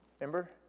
Remember